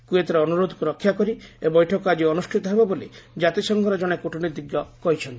କୁଏତ୍ର ଅନୁରୋଧକୁ ରକ୍ଷା କରି ଏହି ବୈଠକ ଆଜି ଅନୁଷ୍ଠିତ ହେବ ବୋଲି ଜାତିସଂଘର ଜଣେ କୁଟନୀତିଜ୍ଞ କହିଛନ୍ତି